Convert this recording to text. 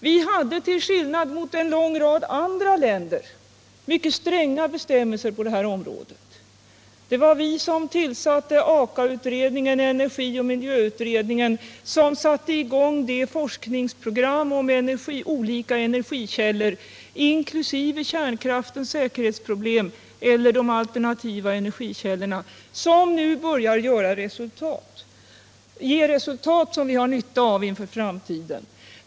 Vi hade, till skillnad från en lång rad andra länder, mycket stränga bestämmelser på det här området. Det var vi som tillsatte Aka-utredningen och energioch miljökommittén. Det var vi som satte i gång de forskningsprogram om olika energikällor, inkl. kärnkraftens säkerhetsproblem och de alternativa energikällorna, som nu börjar ge resultat som vi har nytta av inför framtiden.